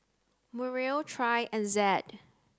Muriel Trey and Zed